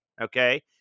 okay